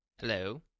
Hello